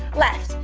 left,